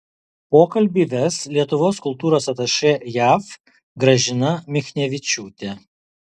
pokalbį ves lietuvos kultūros atašė jav gražina michnevičiūtė